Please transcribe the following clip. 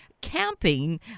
camping